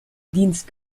dienst